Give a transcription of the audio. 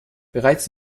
bereits